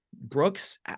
Brooks